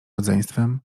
rodzeństwem